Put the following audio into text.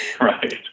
Right